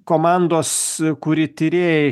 komandos kuri tyrėjai